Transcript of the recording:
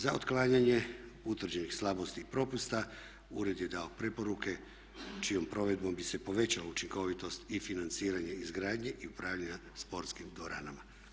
Za otklanjanje utvrđenih slabosti i propusta ured je dao preporuke čijom provedbom bi se povećala učinkovitost i financiranje izgradnje i upravljanja sportskim dvoranama.